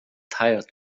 tired